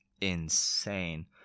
insane